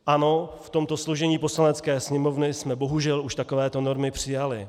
Ano, v tomto složení Poslanecké sněmovny jsme bohužel už takovéto normy přijali.